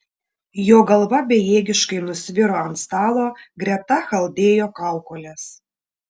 jo galva bejėgiškai nusviro ant stalo greta chaldėjo kaukolės